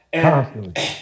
Constantly